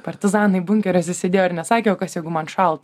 partizanai bunkeriuose sėdėjo ir nesakė kas jeigu man šalta